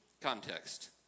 context